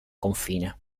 confine